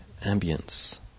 Ambience